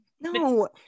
no